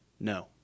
No